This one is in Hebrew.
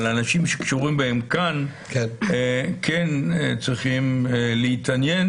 אבל אנשים שקשורים בהם כאן כן צריכים להתעניין,